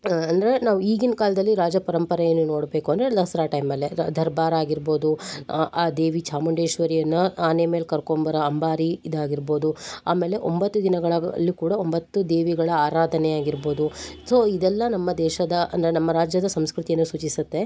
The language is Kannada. ಅಂದರೆ ನಾವು ಈಗಿನ ಕಾಲದಲ್ಲಿ ರಾಜ ಪರಂಪರೆಯನ್ನು ನೋಡಬೇಕು ಅಂದರೆ ದಸರಾ ಟೈಮಲ್ಲೆ ದರ್ಬಾರ್ ಆಗಿರ್ಬೋದು ಆ ದೇವಿ ಚಾಮುಂಡೇಶ್ವರಿಯನ್ನು ಆನೆ ಮೇಲೆ ಕರಕೊಂಬರೊ ಅಂಬಾರಿ ಇದಾಗಿರ್ಬೋದು ಆಮೇಲೆ ಒಂಬತ್ತು ದಿನಗಳಲ್ಲು ಕೂಡ ಒಂಬತ್ತು ದೇವಿಗಳ ಆರಾಧನೆಯಾಗಿರ್ಬೋದು ಸೊ ಇದೆಲ್ಲ ನಮ್ಮ ದೇಶದ ಅಂದರೆ ನಮ್ಮ ರಾಜ್ಯದ ಸಂಸ್ಕೃತಿಯನ್ನು ಸೂಚಿಸುತ್ತೆ